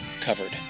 covered